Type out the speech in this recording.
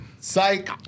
Psych